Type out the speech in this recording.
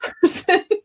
person